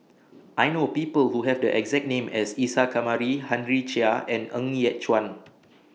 I know People Who Have The exact name as Isa Kamari Henry Chia and Ng Yat Chuan